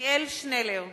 עתניאל שנלר,